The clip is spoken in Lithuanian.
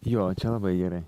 jo čia labai gerai